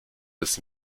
bis